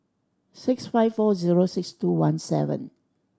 six five four zero six two one seven